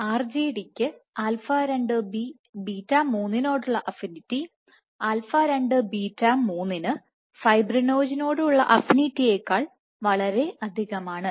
RGD ക്ക്α2b β3 നോടുള്ള affinity α2bβ3 ന് ഫൈബ്രിനോജനോട് ഉള്ള അഫിനിറ്റിയെക്കാൾ വളരെ അധികമാണ്